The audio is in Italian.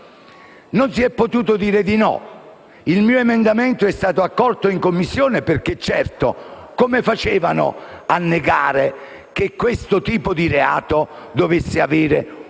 Non si è potuto dire di no; il mio emendamento è stato accolto in Commissione: come si faceva, infatti, a negare che questo tipo di reato dovesse avere una